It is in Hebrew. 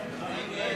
הצעת